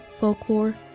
folklore